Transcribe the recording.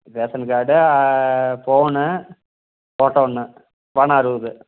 ration card phone photo ஒன்று பணம் அறுபது